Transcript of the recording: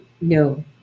no